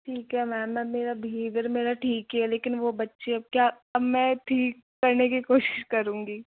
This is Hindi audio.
ठीक है मैम मैं मेरा बिहेवियर मेरा ठीक है लेकिन वो बच्चे अब क्या अब मैं ठीक करने की कोशिश करूंगी